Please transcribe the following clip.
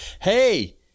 hey